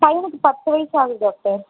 பையனுக்கு பத்து வயது ஆகுது டாக்டர்